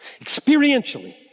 experientially